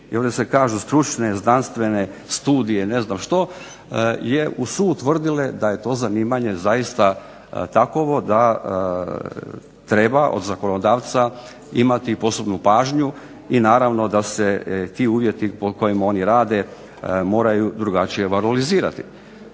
ili se kažu stručne, znanstvene studije, ne znam što, su utvrdile da je to zanimanje zaista takovo da treba od zakonodavca imati i posebnu pažnju, i naravno da se ti uvjeti po kojim oni rade moraju drugačije valorizirati.